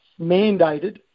mandated